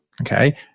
okay